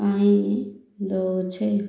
ପାଇଁ ଦେଉଛି